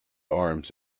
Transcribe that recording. arms